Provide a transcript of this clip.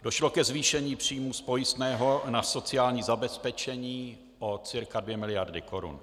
Došlo ke zvýšení příjmů z pojistného na sociální zabezpečení o cca 2 mld. korun.